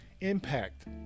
impact